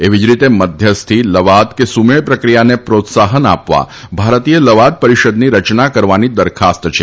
એવી જ રીતે મધ્યસ્થી લવાદ કે સુમેળ પ્રકિયાને પ્રોત્સાહન આપવા ભારતીય લવાદ પરિષદની રચના કરવાની દરખાસ્ત છે